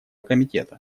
комитета